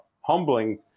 humbling